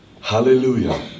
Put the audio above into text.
hallelujah